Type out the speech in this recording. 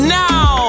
now